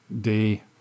day